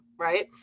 right